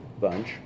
bunch